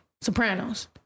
Sopranos